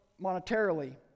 monetarily